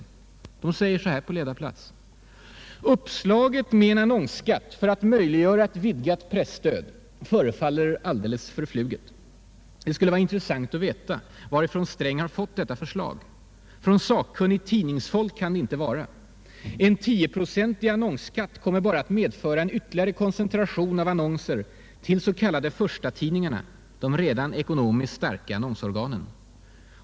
Den tidningen säger så här på ledarplats: ”Uppslaget med en annonsskatt för att möjliggöra ett vidgat presstöd förefaller däremot vara alldeles förfluget. Det skulle vara intressant att veta varifrån Sträng har fått detta förslag! Från sakkunnigt tidningsfolk kan det inte vara. En tioprocentig annonsskatt kommer bara att medföra ytterligare koncentration av annonser till de s.k. förstatidningarna, de redan ekonomiskt starka annonsorganen.